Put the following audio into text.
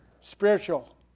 spiritual